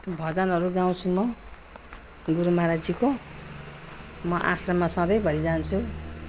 भजनहरू गाउँछु म गुरु महाराजजीको म आश्रममा सधैँभरि जान्छु